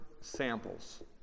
samples